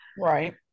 Right